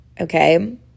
okay